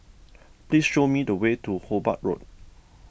please show me the way to Hobart Road